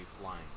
flying